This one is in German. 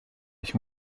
ich